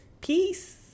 peace